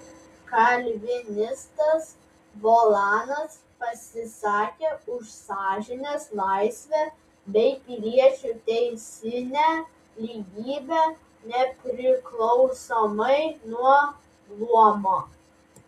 kalvinistas volanas pasisakė už sąžinės laisvę bei piliečių teisinę lygybę nepriklausomai nuo luomo